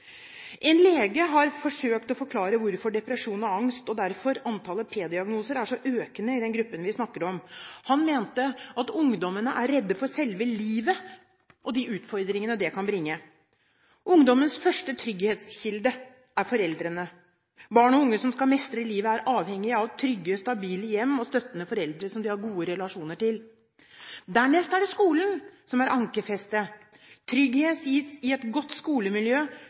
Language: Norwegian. lege har forsøkt å forklare hvorfor depresjon og angst, og derfor antallet psykiatriske diagnoser, er så økende i den gruppen vi snakker om. Han mente at ungdommene er redde for selve livet og de utfordringene det kan bringe. Ungdommens første trygghetskilde er foreldrene. Barn og unge som skal mestre livet, er avhengig av trygge, stabile hjem og støttende foreldre som de har gode relasjoner til. Dernest er det skolen som er ankerfestet. Trygghet gis i et godt skolemiljø